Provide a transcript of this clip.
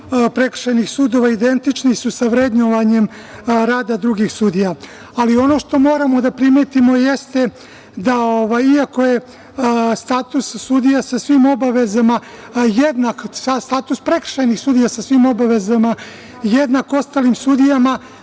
prekršajnih sudova identični su sa vrednovanjem rada drugih sudija. Ali, ono što moramo da primetimo jeste da, iako je status prekršajnih sudija sa svim obavezama jednak statusu ostalim sudijama,